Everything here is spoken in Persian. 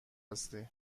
هستی